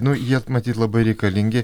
nu jie matyt labai reikalingi